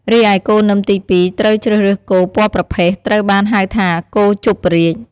រីឯគោនឹមទី២ ត្រូវជ្រើសរើសគោ ពណ៌ប្រផេះ ត្រូវបានហៅថា គោជប់រាជ។